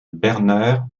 berner